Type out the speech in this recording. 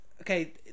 okay